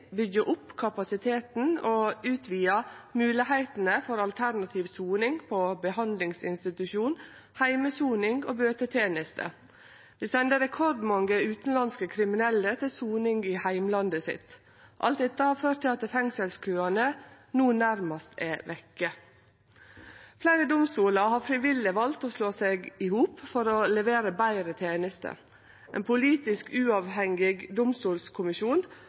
byggjer opp kapasiteten og utvidar moglegheitene for alternativ soning på behandlingsinstitusjon, heimesoning og bøteteneste. Vi sender rekordmange utanlandske kriminelle til soning i heimlandet sitt. Alt dette har ført til at fengselskøane no nærmast er vekke. Fleire domstolar har frivillig valt å slå seg i hop for å levere betre tenester. Ein politisk uavhengig domstolskommisjon